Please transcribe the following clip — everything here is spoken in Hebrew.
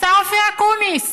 השר אופיר אקוניס